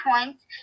points